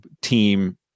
team